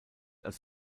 als